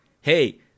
Hey